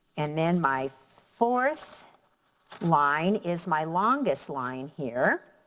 and then my fourth line is my longest line here.